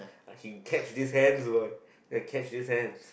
uh he catch this hands what catch this hands